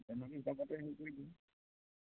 তেনেকুৱা হিচাপতে হেৰি কৰি দিম